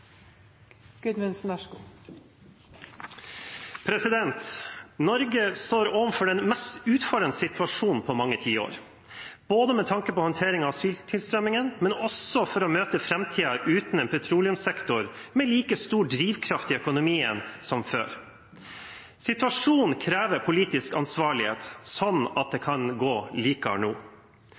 Norge står overfor den mest utfordrende situasjonen på mange tiår, både med tanke på håndteringen av asyltilstrømningen og også for å møte framtiden uten en petroleumssektor med like stor drivkraft i økonomien som før. Situasjonen krever politisk ansvarlighet, slik at det kan gå